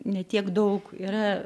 ne tiek daug yra